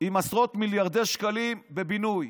עם עשרות מיליארדי שקלים בבינוי.